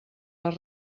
les